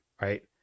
right